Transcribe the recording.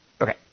Okay